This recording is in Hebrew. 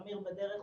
אמיר בדרך,